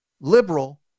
liberal